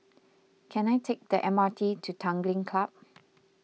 can I take the M R T to Tanglin Club